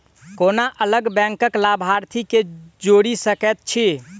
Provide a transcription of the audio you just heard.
कोना अलग बैंकक लाभार्थी केँ जोड़ी सकैत छी?